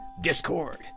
Discord